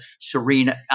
Serena